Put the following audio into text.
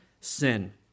sin